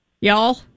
y'all